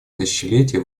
тысячелетия